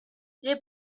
les